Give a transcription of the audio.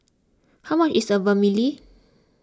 how much is Vermicelli